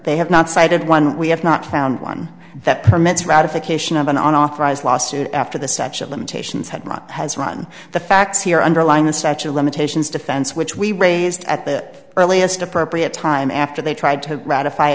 they have not cited one we have not found one that permits ratification of an unauthorized lawsuit after the statue of limitations had run has run the facts here underlying the statue of limitations defense which we raised at the earliest appropriate time after they tried to ratif